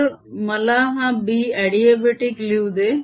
तर मला हा B अडीअबेटीक लिहू दे